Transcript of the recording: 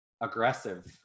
aggressive